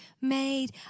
made